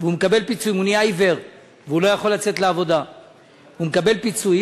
היא תועבר לדיון בוועדת הכספים.